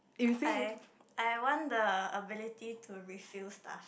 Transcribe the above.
I I want the ability to refill stuff